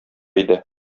иде